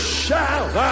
shout